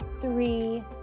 three